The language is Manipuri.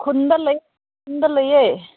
ꯈꯨꯟꯗ ꯂꯩ ꯈꯨꯟꯗ ꯂꯩꯌꯦ